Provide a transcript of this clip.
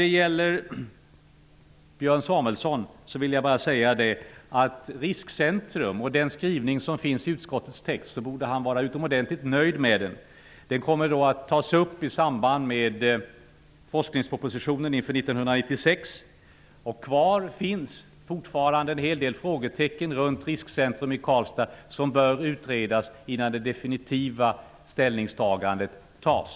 Till Björn Samuelson vill jag säga att den skrivning som finns i utskottets text om Risk och beredskapscentrum, borde han vara utomordentligt nöjd med. Denna fråga kommer att tas upp i samband med 1996 års forskningsproposition. Kvar finns fortfarande en hel del frågetecken runt Riskoch beredskapscentrumet i Karlstad, vilka bör utredas innan det definitiva ställningstagandet görs.